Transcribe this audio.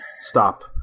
Stop